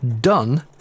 done